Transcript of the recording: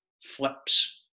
flips